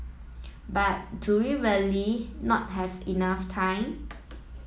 but do we really not have enough time